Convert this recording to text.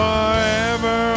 Forever